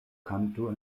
kanto